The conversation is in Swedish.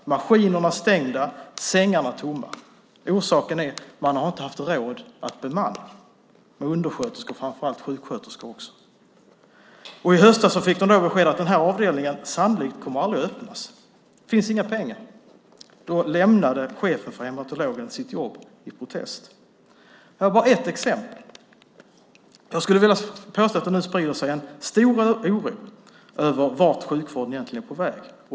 Maskinerna är stängda. Sängarna är tomma. Orsaken är att man inte har haft råd att bemanna framför allt med undersköterskor men också med sjuksköterskor. I höstas fick man beskedet: Den här avdelningen kommer sannolikt aldrig att öppnas. Det finns inga pengar. Chefen för hematologen lämnade då sitt jobb i protest. Detta är bara ett exempel. Jag skulle vilja påstå att en stor oro nu sprider sig för vart sjukvården egentligen är på väg.